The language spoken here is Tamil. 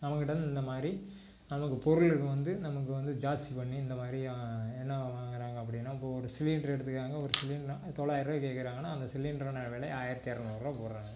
நம்மக் கிட்டே தான் இந்த மாதிரி நமக்கு பொருளுக்கு வந்து நமக்கு வந்து ஜாஸ்தி பண்ணி இந்த மாதிரி என்ன வாங்குறாங்க அப்படின்னா இப்போது ஒரு சிலிண்ட்ரு எடுத்துக்கங்க ஒரு சிலிண்டருன்னா அது தொள்ளாயரூவாய்க்கு விற்கிறாங்கன்னா அந்த சிலிண்டரோட விலை ஆயிரத்தி எரநூறு ரூபா போடுறாங்க